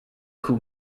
who